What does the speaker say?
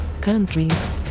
countries